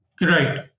Right